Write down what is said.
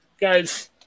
Guys